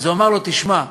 אז הוא אמר לו: תשמע,